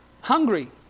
hungry